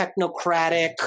technocratic